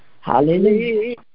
Hallelujah